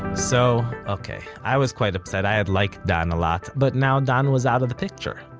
so, okay, i was quite upset i had liked dan a lot, but now dan was out of the picture.